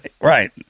Right